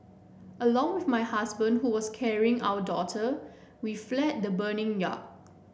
along with my husband who was carrying our daughter we fled the burning yacht